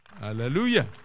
Hallelujah